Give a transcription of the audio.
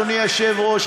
אדוני היושב-ראש,